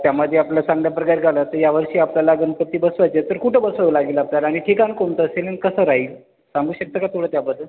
त्यामध्ये आपलं चांगल्या प्रकारे गालं तर यावर्षी आपल्याला गणपती बसवायचे आहेत तर कुठं बसवावं लागेल आपल्याला आणि ठिकाण कोणतं असेल आणि कसं राहील सांगू शकता का थोडं त्याबद्दल